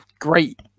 Great